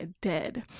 dead